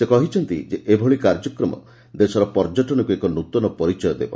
ସେ କହିଛନ୍ତି ଯେ ଏଭଳି କାର୍ଯ୍ୟକ୍ରମ ଦେଶର ପର୍ଯ୍ୟଟନକୁ ଏକ ନୃତନ ପରିଚୟ ଦେବ